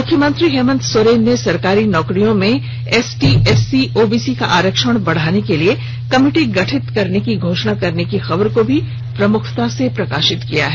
मुख्यमंत्री हेमंत सोरेन के सरकारी नौकरियों में एसटी एससी ओबीसी का आरक्षण बढ़ाने के लिए कमिटी गठित करने की घोषणा करने की खबर को भी प्रमुखता से प्रकाशित से किया है